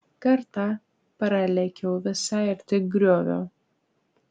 kartą pralėkiau visai arti griovio